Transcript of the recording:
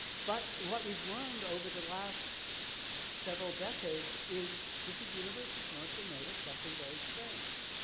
but what we've learned over the last several decades is that the universe is mostly made of something very strange.